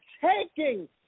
taking